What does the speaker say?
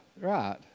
right